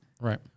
Right